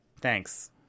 thanks